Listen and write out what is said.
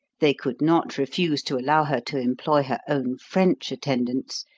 they could not refuse to allow her to employ her own french attendants,